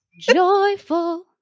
joyful